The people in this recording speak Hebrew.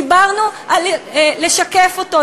דיברנו על לשקף אותו.